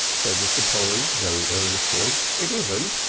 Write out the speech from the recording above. said mr. polly very earnestly. it isn't.